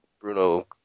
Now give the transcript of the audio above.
Bruno